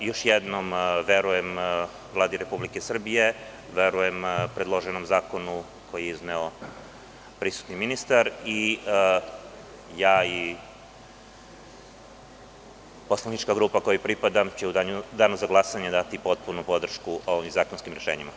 Još jednom, verujem Vladi Republike Srbije, verujem predloženom zakonu koji je izneo prisutni ministar, tako da ću ja i moja poslanička grupa u Danu za glasanje dati potpunu podršku ovim zakonskim rešenjima.